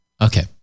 Okay